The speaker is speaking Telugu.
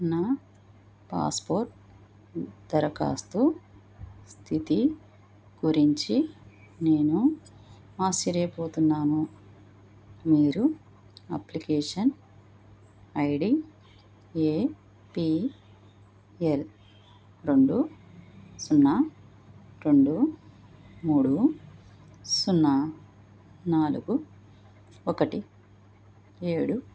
నా పాస్పోర్ట్ దరఖాస్తు స్థితి గురించి నేను ఆశ్చర్యపోతున్నాను మీరు application ID A P L రెండు సున్నా రెండు మూడు సున్నా నాలుగు ఒకటి ఏడు